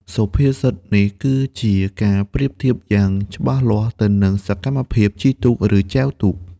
សុភាសិតនេះគឺជាការប្រៀបធៀបយ៉ាងច្បាស់លាស់ទៅនឹងសកម្មភាពជិះទូក ឬចែវទូក។